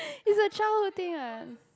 is a childhood thing what